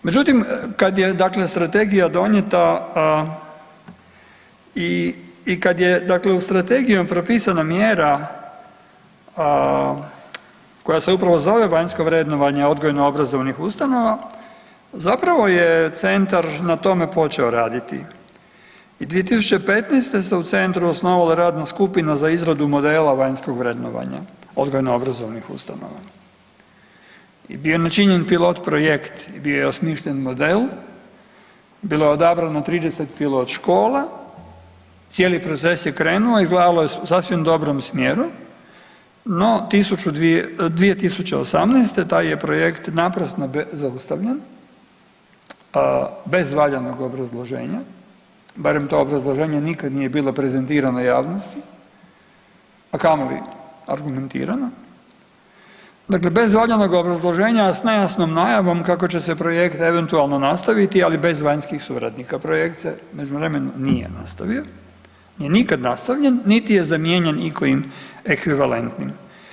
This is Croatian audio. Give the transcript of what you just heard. Međutim, kad je dakle strategija donijeta i kad je dakle u strategijama propisana mjera koja se upravo zove vanjsko vrednovanje odgojno obrazovnih ustanova zapravo je centar na tome počeo raditi i 2015. se u centru osnovala radna skupina za izradu modela vanjskog vrednovanja odgojno obrazovnih ustanova i bio je načinjen pilot projekt i bio je osmišljen model, bilo je odabrano 30 pilot škola, cijeli proces je krenuo, izgledalo je u sasvim dobrom smjeru, no 2018. taj je projekt naprasno zaustavljen bez valjanog obrazloženja, barem to obrazloženje nikad nije bilo prezentirano javnosti, a kamoli argumentirano, dakle bez valjanog obrazloženja, a s nejasnom najavom kako će se projekt eventualno nastaviti, ali bez vanjskih suradnika, projekt se u međuvremenu nije nastavio, nije nikad nastavljen, niti je zamijenjen ikojim ekvivalentnim.